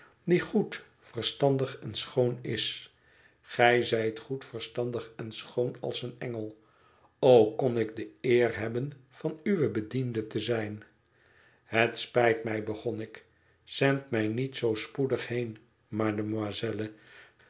die goed verstandig en schoon is gij zijt goed verstandig en schoon als een engel o kon ik de eer hebben van uwe bediende te zijn het spijt mij begon ik zend mij niet zoo spoedig heen mademoiselle